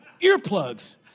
earplugs